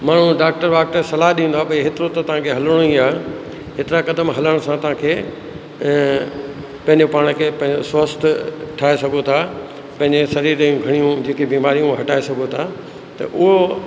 माण्हू डाक्टर वाक्टर सलाह ॾींदो आहे भई हेतिरो त तव्हांखे हलिणो ई आहे हेतिरा कदम हलण सां तांखे पंहिंजो पाण खे स्वस्थ ठाहे सघो था पंहिंजे शरीर जूं घणियूं जेकी बीमारियूं उहे हटाए सघो था त उहो